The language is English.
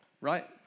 right